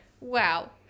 Wow